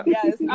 Yes